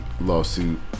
lawsuit